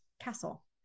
castle